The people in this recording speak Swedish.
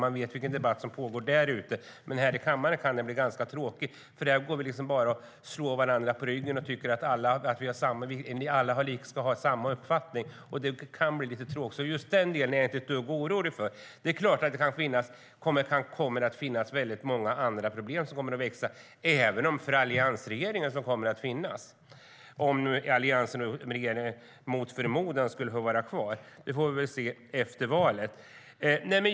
Man vet vilken typ av debatt som pågår där ute, utanför kammaren, men här inne kan den bli ganska tråkig, för här dunkar vi bara varandra i ryggen och tycker att alla ska ha samma uppfattning. Det kan bli lite tråkigt. Just den delen är jag alltså inte ett dugg orolig för. Det kommer att finnas många andra problem som kommer att växa för alliansregeringen, om den mot förmodan skulle få vara kvar. Det får vi väl se efter valet.